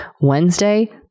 Wednesday